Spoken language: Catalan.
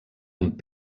amb